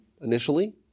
initially